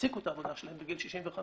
יפסיקו את העבודה שלהם בגיל 65,